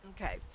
Okay